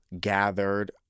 gathered